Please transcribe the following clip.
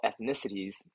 ethnicities